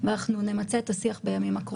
ואנחנו נמצה את השיח בימים הקרובים.